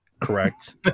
correct